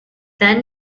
then